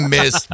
Miss